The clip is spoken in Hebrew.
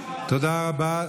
תודה רבה.